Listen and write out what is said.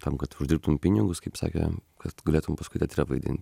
tam kad uždirbtum pinigus kaip sakė kad galėtum paskui teatre vaidinti